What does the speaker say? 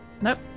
Nope